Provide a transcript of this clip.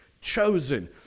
chosen